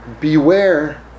beware